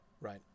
Right